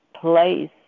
place